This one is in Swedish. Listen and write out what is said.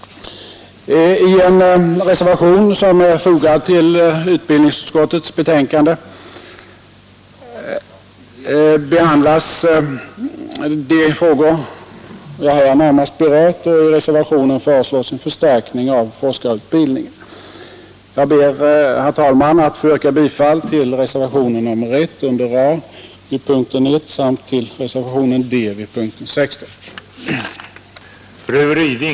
I en reservation som är fogad till utbildningsutskottets betänkande behandlas de frågor jag här närmast berört, och i reservationen föreslås en förstärkning av forskarutbildningen. Jag ber, herr talman, att få yrka bifall till reservationen A 1 vid punkten 1 samt till reservationen D vid punkten 16.